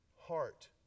heart